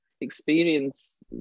experience